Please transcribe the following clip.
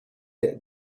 that